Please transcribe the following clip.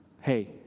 Hey